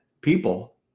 people